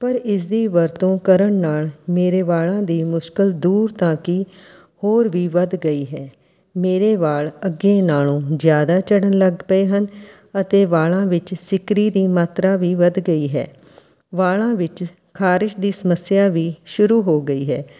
ਪਰ ਇਸਦੀ ਵਰਤੋਂ ਕਰਨ ਨਾਲ਼ ਮੇਰੇ ਵਾਲ਼ਾਂ ਦੀ ਮੁਸ਼ਕਲ ਦੂਰ ਤਾਂ ਕੀ ਹੋਰ ਵੀ ਵਧ ਗਈ ਹੈ ਮੇਰੇ ਵਾਲ਼ ਅੱਗੇ ਨਾਲ਼ੋਂ ਜ਼ਿਆਦਾ ਝੜਨ ਲੱਗ ਪਏ ਹਨ ਅਤੇ ਵਾਲ਼ਾਂ ਵਿੱਚ ਸਿਕਰੀ ਦੀ ਮਾਤਰਾ ਵੀ ਵੱਧ ਗਈ ਹੈ ਵਾਲ਼ਾਂ ਵਿੱਚ ਖਾਰਿਸ਼ ਦੀ ਸਮੱਸਿਆ ਵੀ ਸ਼ੁਰੂ ਹੋ ਗਈ ਹੈ